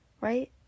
Right